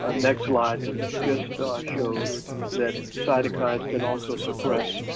ah next slide just shows that cytokines can also suppress